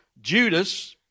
Judas